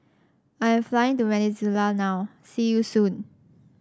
I am flying to Venezuela now see you soon